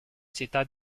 città